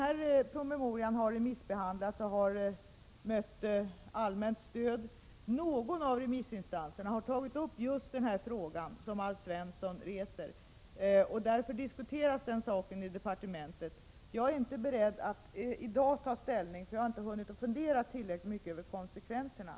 Promemorian har remissbehandlats och den har mött allmänt stöd. Någon av remissinstanserna har också tagit upp just den fråga som Alf Svensson reser. Därför diskuteras den saken i departementet. Jag är inte beredd att i dag ta ställning i frågan, eftersom jag inte har hunnit fundera tillräckligt mycket över konsekvenserna.